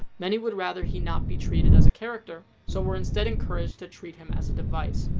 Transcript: many would rather he not be treated as a character, so we're instead encouraged to treat him as a device.